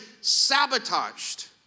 sabotaged